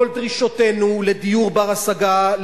כל דרישותינו לדיור בר-השגה,